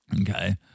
Okay